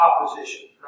opposition